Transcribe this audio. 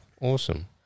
awesome